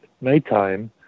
nighttime